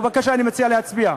בבקשה, אני מציע להצביע.